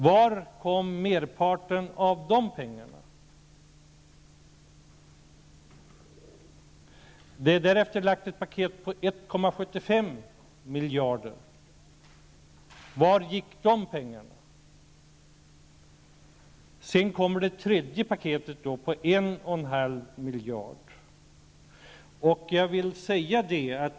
Vart kom merparten av de pengarna? Det har därefter framlagts ett paket om 1,75 miljarder kronor. Vart gick de pengarna? Sedan kommer det tredje paketet om 1,5 miljard kronor.